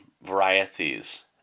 varieties